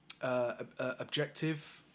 objective